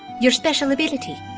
your special ability.